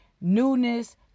newness